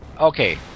Okay